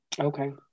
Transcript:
Okay